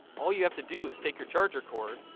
all you have to do is take your charger cord,